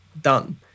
Done